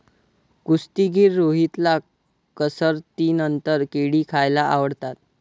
कुस्तीगीर रोहितला कसरतीनंतर केळी खायला आवडतात